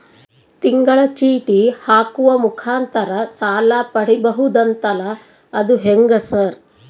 ತಿಂಗಳ ಚೇಟಿ ಹಾಕುವ ಮುಖಾಂತರ ಸಾಲ ಪಡಿಬಹುದಂತಲ ಅದು ಹೆಂಗ ಸರ್?